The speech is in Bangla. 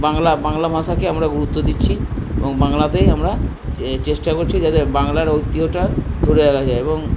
বাংলা বাংলা ভাষাকেই আমরা গুরুত্ব দিচ্ছি এবং বাংলাতেই আমরা চেষ্টা করছি যাতে বাংলার ঐতিহ্যটা ধরে রাখা যায় এবং